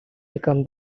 become